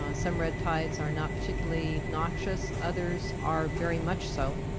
ah some red tides are not particularly noxious, others are very much so,